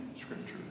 scripture